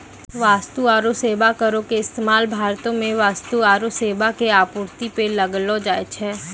वस्तु आरु सेबा करो के इस्तेमाल भारतो मे वस्तु आरु सेबा के आपूर्ति पे लगैलो जाय छै